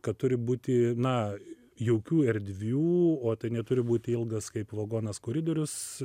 kad turi būti na jaukių erdvių o tai neturi būti ilgas kaip vagonas koridorius